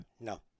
no